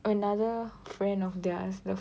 another friend of theirs